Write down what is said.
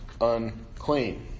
unclean